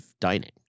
dining